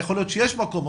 יכול להיות שיש מקום,